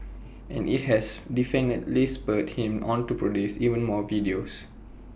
and is has definitely spurred him on to produce even more videos